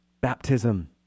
baptism